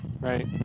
right